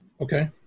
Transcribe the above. Okay